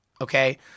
Okay